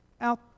out